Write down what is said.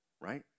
right